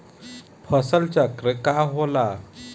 फसल चक्र का होला?